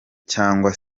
cyangwa